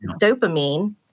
Dopamine